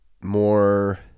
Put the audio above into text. more